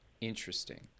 Interesting